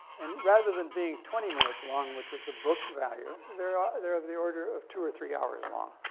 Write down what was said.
and rather than being twenty minutes long, which is the book value, they're ah they're of the order of two or three hours long.